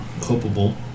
culpable